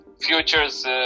futures